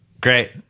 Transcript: Great